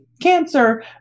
cancer